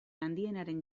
handienaren